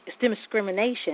discrimination